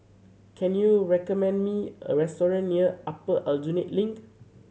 can you recommend me a restaurant near Upper Aljunied Link